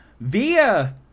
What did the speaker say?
via